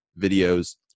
videos